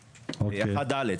330ג(1)(ד),